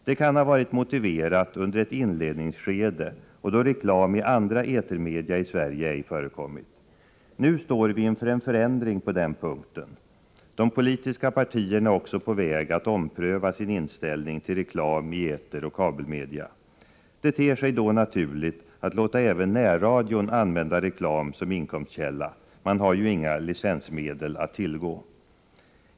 Det kan ha varit motiverat under ett inledningsskede och då reklam i andra etermedia i Sverige ej förekommit. Nu står vi inför en förändring på den punkten. De politiska partierna är också på väg att ompröva sin inställning till reklam i eteroch kabelmedia. Det ter sig då naturligt att låta även närradion använda reklam som inkomstkälla — man har ju inga licensmedel att tillgå.